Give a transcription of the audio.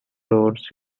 roads